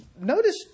Notice